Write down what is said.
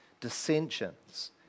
dissensions